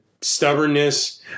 stubbornness